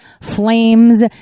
flames